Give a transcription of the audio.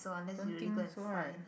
don't think so right